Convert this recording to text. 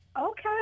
Okay